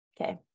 Okay